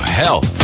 health